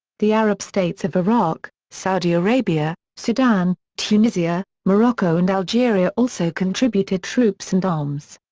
the arab states of iraq, saudi arabia, sudan, tunisia, morocco and algeria also contributed troops and arms.